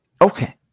Okay